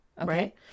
Okay